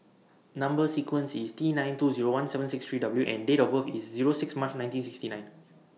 Number sequence IS T nine two Zero one seven six three W and Date of birth IS Zero six March nineteen sixty nine